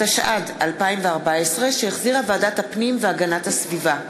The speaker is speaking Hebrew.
התשע"ד 2014, שהחזירה ועדת הפנים והגנת הסביבה.